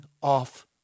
off